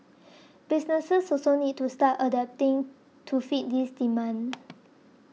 businesses also need to start adapting to fit this demand